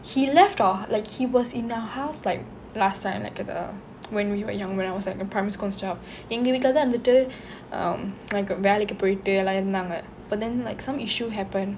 he left or like he was in our house like last time like at uh when we were young when I was in primary school and stuff எங்க வீட்டுல தான் இருந்துட்டு:enga veettule thaan irunthuttu um வேலைக்கு போயிட்டு இருந்தாங்க:velaikku poittu irunthaanga but then like some issue happen